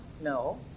no